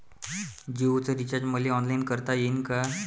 जीओच रिचार्ज मले ऑनलाईन करता येईन का?